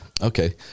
okay